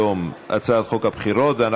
אם כן, הצעת חוק שירות ביטחון (הוראת שעה)